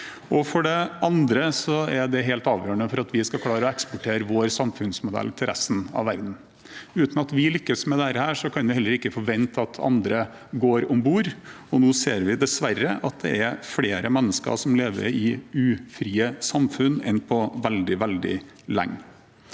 For det andre er det helt avgjørende for at vi skal klare å eksportere vår samfunnsmodell til resten av verden. Uten at vi lykkes med dette, kan vi heller ikke forvente at andre går om bord, og nå ser vi dessverre at det er flere mennesker som lever i ufrie samfunn enn på veldig, veldig lenge.